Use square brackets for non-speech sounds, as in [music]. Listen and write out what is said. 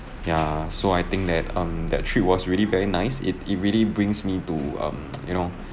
ya so I think that um that trip was really very nice it it really brings me to um [noise] you know